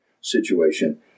situation